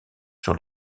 sur